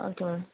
okay ma'am